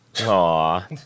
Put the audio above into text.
Aw